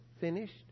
finished